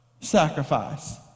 sacrifice